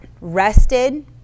rested